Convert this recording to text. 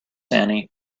annie